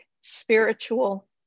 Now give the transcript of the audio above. spiritual